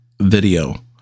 video